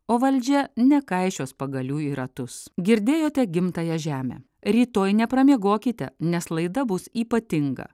o valdžia nekaišios pagalių į ratus girdėjote gimtąją žemę rytoj nepramiegokite nes laida bus ypatinga